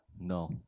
No